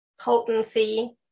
potency